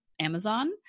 Amazon